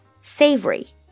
savory